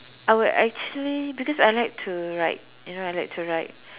I would actually because I like to write you know I like to write